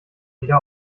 wieder